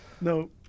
No